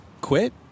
quit